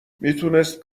میتونست